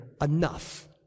enough